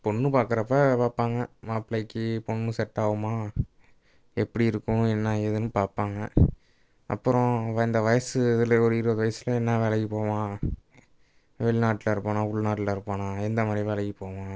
பொண்ணு பாக்குறப்ப பார்ப்பாங்க மாப்பிளைக்கு பொண்ணு செட் ஆகுமா எப்படி இருக்கும் என்ன ஏதுன்னு பார்ப்பாங்க அப்புறம் வ இந்த வயசு இதில் ஒரு இருபது வயசில் என்ன வேலைக்கு போவான் வெளிநாட்டில் இருப்பானா உள்நாட்டில் இருப்பானா எந்த மாதிரி வேலைக்கு போவான்